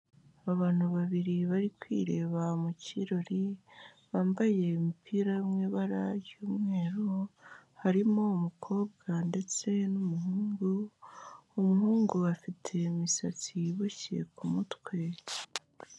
Abantu babiri bari kwireba mu kirori, bambaye imipira yo mu ibara ry'umweru, harimo umukobwa ndetse n'umuhungu, umuhungu afite imisatsi iboshye ku mutwe.